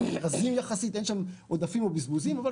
הם יחסית רזים, אין שום עודפים או בזבוזים.